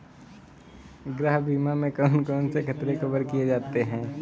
गृह बीमा में कौन कौन से खतरे कवर किए जाते हैं?